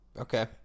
Okay